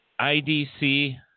IDC